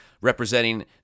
representing